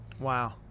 Wow